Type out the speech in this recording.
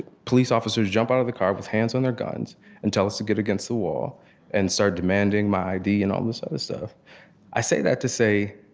police officers jump out of the car with hands on their guns and tell us to get against the wall and started demanding my id and all this other stuff i say that to say,